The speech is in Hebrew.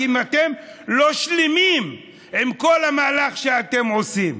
כי אם אתם לא שלמים עם כל המהלך שאתם עושים,